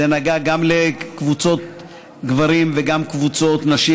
זה נגע גם לקבוצות גברים וגם לקבוצות נשים,